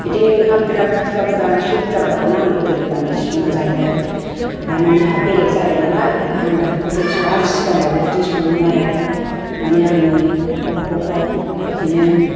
बिदिनो ओंखाम बिराथ बुरजा बुरजा ओंख्रि बुरजा बुरजाखौनो आं गोदोनिफ्राय बिदि संनानै जाबोबाय आरो दा माने आंहा बेलेग जाबाय नालाय आं दा बेफोरबायदिखौ आं सिगाङावबो बिदि सङोमोन आरो माने आंनि नखरफ्राव बिदिनो